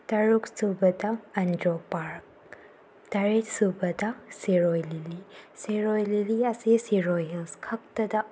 ꯇꯔꯨꯛ ꯁꯨꯕꯗ ꯑꯟꯗ꯭ꯔꯣ ꯄꯥꯔꯛ ꯇꯔꯦꯠ ꯁꯨꯕꯗ ꯁꯤꯔꯣꯏ ꯂꯤꯂꯤ ꯁꯤꯔꯣꯏ ꯂꯤꯂꯤ ꯑꯁꯤ ꯁꯤꯔꯣꯏ ꯍꯤꯜꯁ ꯈꯛꯇꯗ